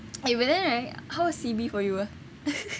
but then right how's C_B for you ah